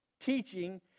teaching